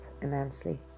immensely